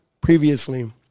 previously